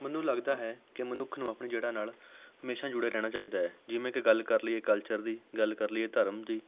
ਮੈਨੂੰ ਲੱਗਦਾ ਹੈ ਕਿ ਮਨੁੱਖ ਨੂੰ ਆਪਣੀ ਜੜ੍ਹਾਂ ਨਾਲ ਹਮੇਸ਼ਾਂ ਜੁੜੇ ਰਹਿਣਾ ਚਾਹੀਦਾ ਹੈ ਜਿਵੇਂ ਕਿ ਗੱਲ ਕਰ ਲਈਏ ਕਲਚਰ ਦੀ ਗੱਲ ਕਰ ਲਈਏ ਧਰਮ ਦੀ